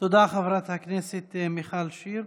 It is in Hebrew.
תודה, חברת הכנסת מיכל שיר.